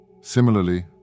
Similarly